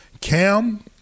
Cam